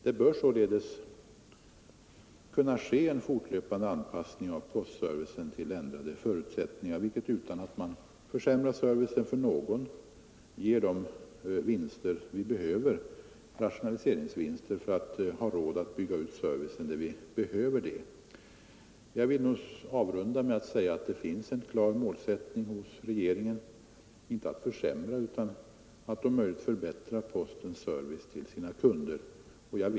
Det bör således kunna ske en fortlöpande anpassning av postservicen till ändrade förutsättningar, vilket — utan att man försämrar servicen för någon — bör ge de rationaliseringsvinster som erfordras för att vi skall ha råd att bygga ut servicen där det behövs. Jag vill avrunda med att säga att det finns en klar målsättning hos regeringen, inte att försämra utan att om möjligt förbättra postens service åt sina kunder.